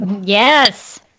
Yes